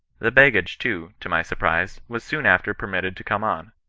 the baggage, too, to my surprise, was soon after permitted to come on.